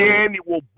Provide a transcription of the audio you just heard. annual